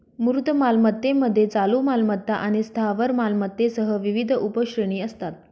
मूर्त मालमत्तेमध्ये चालू मालमत्ता आणि स्थावर मालमत्तेसह विविध उपश्रेणी असतात